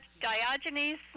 Diogenes